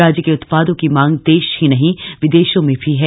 राज्य के उत्पादों की मांग देश ही नहीं विदेशों में भी है